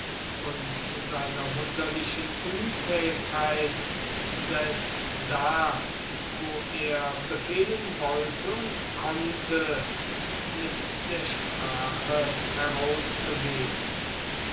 und seiner wunderlichen unfähigkeit selbst da wo er befehlen wollte und konnte mit der sprache herauszugehen